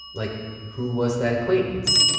like who was that acquaintance?